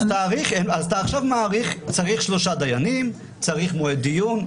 אז אתה עכשיו צריך שלושה דיינים, צריך מועד דיון.